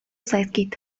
zaizkit